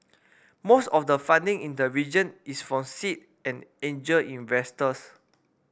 most of the funding in the region is from seed and angel investors